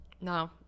no